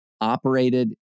operated